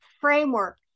framework